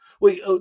wait